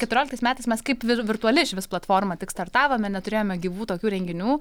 keturioliktais metais mes kaip vi virtuali išvis platforma tik startavome neturėjome gyvų tokių renginių